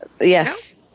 Yes